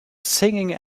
singing